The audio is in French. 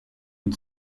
une